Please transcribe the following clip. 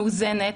מאוזנת,